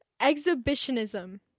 Exhibitionism